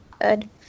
good